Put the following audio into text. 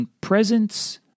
presence